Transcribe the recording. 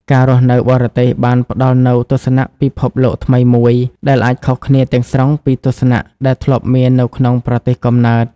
ការរស់នៅបរទេសបានផ្ដល់នូវទស្សនៈពិភពលោកថ្មីមួយ ដែលអាចខុសគ្នាទាំងស្រុងពីទស្សនៈដែលធ្លាប់មាននៅក្នុងប្រទេសកំណើត។